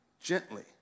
gently